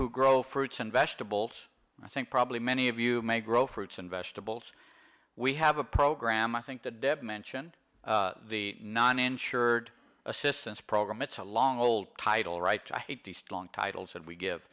who grow fruits and vegetables i think probably many of you may grow fruits and vegetables we have a program i think that mentioned the non insured assistance program it's a long old title right to hate the strong titles that we give